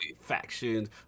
factions